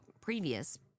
previous